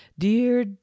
Dear